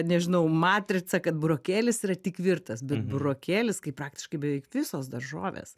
nežinau matrica kad burokėlis yra tik virtas bet burokėlis kaip praktiškai beveik visos daržovės